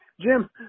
Jim